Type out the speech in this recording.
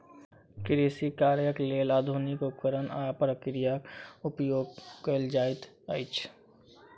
कृषि कार्यक लेल आधुनिक उपकरण आ प्रक्रिया उपयोग कयल जाइत अछि